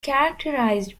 characterized